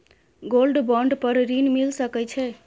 Gold bond पर ऋण मिल सके छै?